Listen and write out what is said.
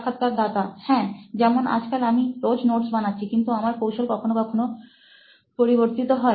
সাক্ষাৎকারদাতা হ্যাঁ যেমন আজকাল আমি রোজ নোটস বানাচ্ছি কিন্তু আমার কৌশল কখনো কখনো পরিবর্তিত হয়